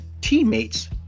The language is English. teammates